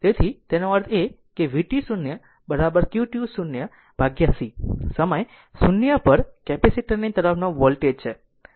તેથી તેનો અર્થ એ કે vt0 qt 0 ભાગ્યા c સમય 0 પર કેપેસિટર ની તરફનો વોલ્ટેજ છે